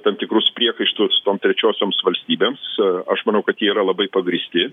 tam tikrus priekaištus tom trečiosioms valstybėms aš manau kad jie yra labai pagrįsti